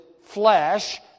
flesh